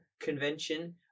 convention